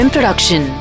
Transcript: Production